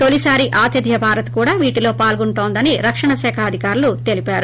తొలిసారి ఆతిథ్య భారత్ కూడా ఏటిలో పాల్గొంటోందని రక్షణ శాఖ అధికారులు తెలిపారు